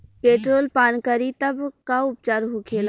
Petrol पान करी तब का उपचार होखेला?